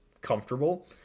comfortable